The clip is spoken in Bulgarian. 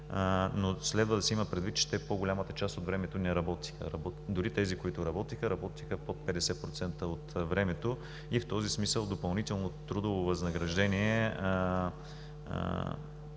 но следва да се има предвид, че в по-голямата част от времето не работеха. Дори тези, които работиха, работиха под 50% от времето. В този смисъл допълнителното трудово възнаграждение